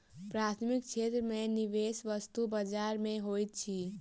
प्राथमिक क्षेत्र में निवेश वस्तु बजार में होइत अछि